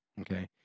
okay